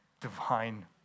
divine